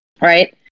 right